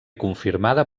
confirmada